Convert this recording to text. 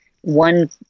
one